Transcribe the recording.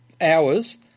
hours